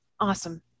Awesome